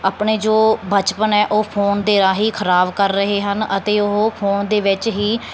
ਆਪਣੇ ਜੋ ਬਚਪਨ ਹੈ ਉਹ ਫੋਨ ਦੇ ਰਾਹੀਂ ਖਰਾਬ ਕਰ ਰਹੇ ਹਨ ਅਤੇ ਉਹ ਫੋਨ ਦੇ ਵਿੱਚ ਹੀ